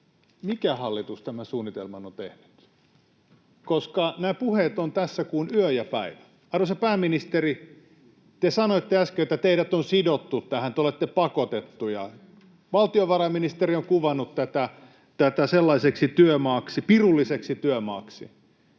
mikä hallitus tämän suunnitelman on tehnyt, koska nämä puheet ovat tässä kuin yö ja päivä. Arvoisa pääministeri, te sanoitte äsken, että teidät on sidottu tähän, te olette pakotettuja. Valtiovarainministeri on kuvannut tätä pirulliseksi työmaaksi.